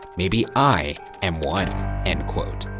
maybe i am one end quote.